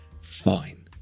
fine